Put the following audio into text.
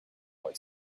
boy